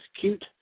cute